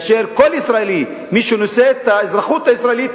הרי הוא משתף פעולה,